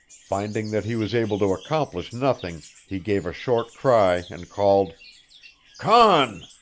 finding that he was able to accomplish nothing, he gave a short cry and called conn!